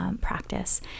practice